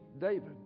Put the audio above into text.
David